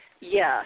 Yes